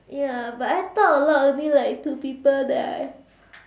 ya but I talk a lot only like to people that I